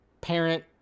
parent